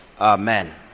amen